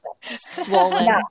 swollen